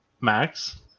max